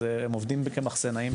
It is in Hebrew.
אז הם עובדים כמחסנאים.